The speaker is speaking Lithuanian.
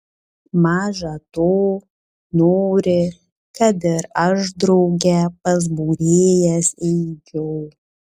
maža to nori kad ir aš drauge pas būrėjas eičiau